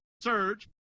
Surge